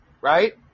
right